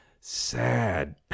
sad